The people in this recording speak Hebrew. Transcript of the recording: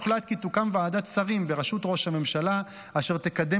הוחלט כי תוקם ועדת שרים בראשות ראש הממשלה אשר תקדם